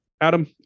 Adam